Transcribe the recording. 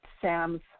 Sam's